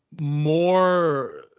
more